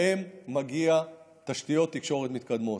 להם מגיעות תשתיות תקשורת מתקדמות,